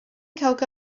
think